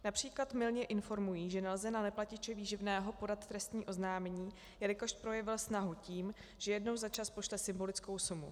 Například mylně informují, že nelze na neplatiče výživného podat trestní oznámení, jelikož projevil snahu tím, že jednou za čas pošle symbolickou sumu.